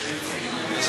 להעביר את